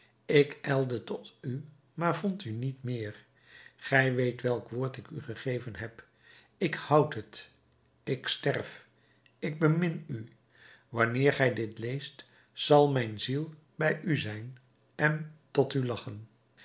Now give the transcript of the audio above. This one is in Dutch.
ik ijlde tot u maar vond u niet meer gij weet welk woord ik u gegeven heb ik houd het ik sterf ik bemin u wanneer gij dit leest zal mijn ziel bij u zijn en tot u lachen